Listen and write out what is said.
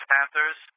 Panthers